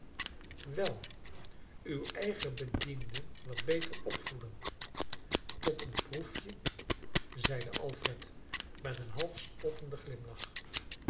wel uw eigen bedienden wat beter opvoeden tot een proefje zeide alfred met een half spottende glimlach